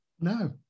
No